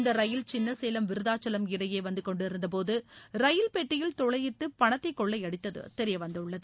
இந்த ரயில் சின்னசேலம் விருத்தாசலம் இடையே வந்து கொண்டிருந்தபோது ரயில் பெட்டியில் துளையிட்டு பணத்தை கொள்ளையடித்தது தெரியவந்துள்ளது